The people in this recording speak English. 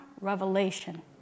revelation